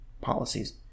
policies